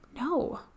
no